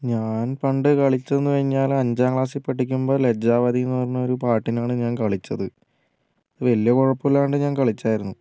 ഞാൻ പണ്ട് കളിച്ചു എന്നു കഴിഞ്ഞാൽ അഞ്ചാം ക്ലാസ്സിൽ പഠിക്കുമ്പോൾ ലജ്ജാവതി എന്ന് പറഞ്ഞൊരു പാട്ടിനാണ് ഞാൻ കളിച്ചത് വലിയ കുഴപ്പമില്ലാണ്ട് ഞാൻ കളിച്ചിരുന്നു